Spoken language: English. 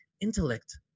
Intellect